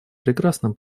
прекрасным